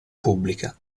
pubblica